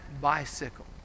bicycle